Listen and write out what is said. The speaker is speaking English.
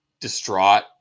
distraught